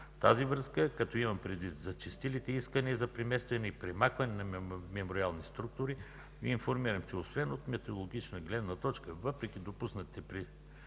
тази връзка, като имам предвид зачестилите искания за преместване и премахване на мемориални структури, Ви информирам, че освен от метеорологична гледна точка, въпреки допуснати прецеденти